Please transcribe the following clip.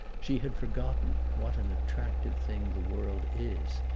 she had forgotten what an attractive thing the world is,